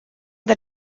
this